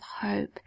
hope